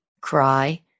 cry